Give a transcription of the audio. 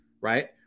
right